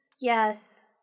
Yes